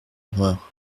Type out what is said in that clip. erreurs